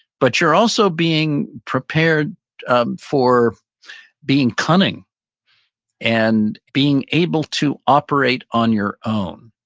but you're also being prepared um for being cunning and being able to operate on your own.